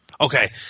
Okay